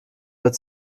wird